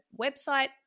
website